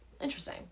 interesting